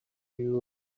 you